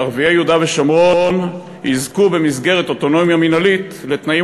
וערביי יהודה ושומרון יזכו במסגרת אוטונומיה מינהלית לתנאים